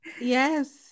yes